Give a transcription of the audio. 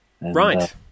right